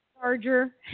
charger